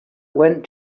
went